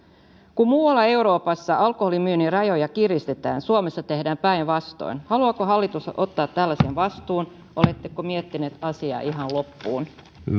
kun muualla euroopassa alkoholin myynnin rajoja kiristetään suomessa tehdään päinvastoin haluaako hallitus ottaa tällaisen vastuun oletteko miettineet asiaa ihan loppuun